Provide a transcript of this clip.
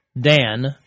Dan